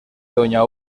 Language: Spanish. doña